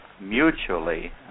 mutually